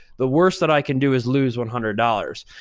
the worst that i can do is lose one hundred dollars.